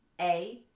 a,